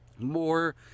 more